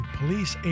police